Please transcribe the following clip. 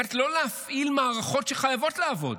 זאת אומרת לא להפעיל מערכות שחייבות לעבוד.